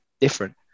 different